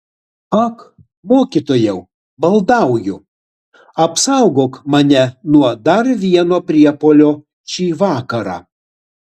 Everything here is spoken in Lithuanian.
ak mokytojau maldauju apsaugok mane nuo dar vieno priepuolio šį vakarą